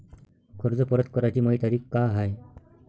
कर्ज परत कराची मायी तारीख का हाय?